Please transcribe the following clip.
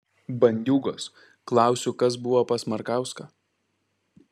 bandiūgos klausiu kas buvo pas markauską